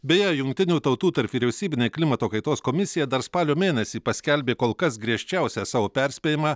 beje jungtinių tautų tarpvyriausybinė klimato kaitos komisija dar spalio mėnesį paskelbė kol kas griežčiausią savo perspėjimą